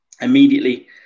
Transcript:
immediately